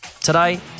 Today